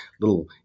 little